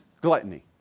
gluttony